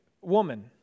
woman